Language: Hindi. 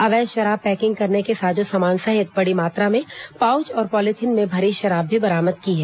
अवैध शराब पैकिंग करने के साजो सामान सहित बड़ी मात्रा में पाउच और पॉलीथिन में भरी शराब भी बरामद की है